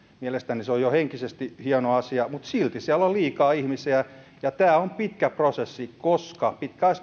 mielestäni se on jo henkisesti hieno asia mutta silti siellä on liikaa ihmisiä ja tämä on pitkä prosessi koska